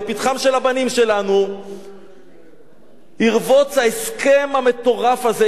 לפתחם של הבנים שלנו ירבוץ ההסכם המטורף הזה,